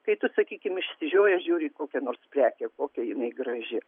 kai tu sakykim išsižiojęs žiūri į kokią nors prekę kokia jinai graži